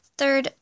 third